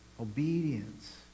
Obedience